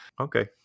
Okay